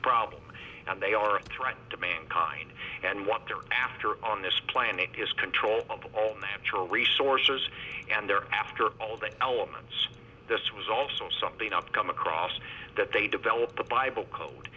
problem and they are threat to mankind and what they are after on this planet is control of natural resources and they are after all the elements this was also something up come across that they developed the bible code